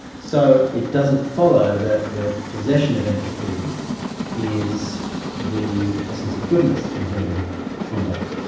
so, it doesn't follow that the possession of empathy is the essence of goodness in human conduct.